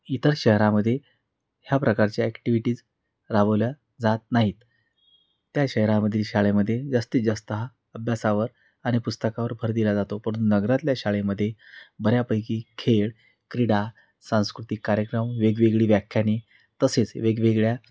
इतर शहरामध्ये ह्या प्रकारच्या ॲक्टिव्हिटीज राबवल्या जात नाहीत त्या शहरामधील शाळेमध्ये जास्तीत जास्त हा अभ्यासावर आणि पुस्तकावर भर दिला जातो परंतु नगरातल्या शाळेमध्ये बऱ्यापैकी खेळ क्रीडा सांस्कृतिक कार्यक्रम वेगवेगळी व्याख्याने तसेच वेगवेगळ्या